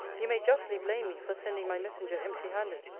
you may justly blame me for sending my messenger empty-handed,